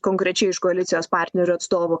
konkrečiai iš koalicijos partnerių atstovų